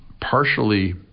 partially